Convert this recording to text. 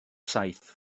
saith